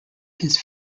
his